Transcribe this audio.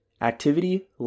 activity